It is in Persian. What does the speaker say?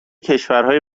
کشورهای